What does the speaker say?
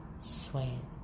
swaying